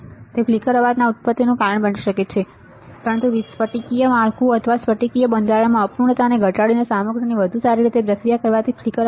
તે ફ્લિકર અવાજ ઉત્પત્તિનું કારણ બની શકે છે પરંતુ સ્ફટિકીય માળખું અથવા સ્ફટિકીય બંધારણમાં અપૂર્ણતાને ઘટાડીને સામગ્રીની વધુ સારી રીતે પ્રક્રિયા કરવાથી ફ્લિકર